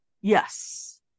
Yes